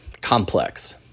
complex